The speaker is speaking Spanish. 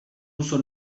uso